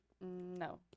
No